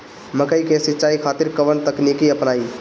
मकई के सिंचाई खातिर कवन तकनीक अपनाई?